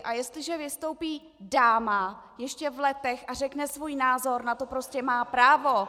A jestliže vystoupí dáma, ještě v letech, a řekne svůj názor, na to prostě má právo.